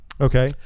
Okay